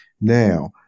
Now